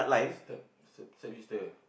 step step sister eh